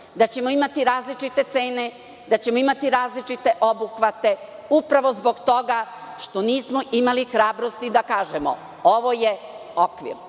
da ćemo imati različite cene i da ćemo imati različite obuhvate, upravo zbog toga što nismo imali hrabrosti da kažemo - ovo je okvir,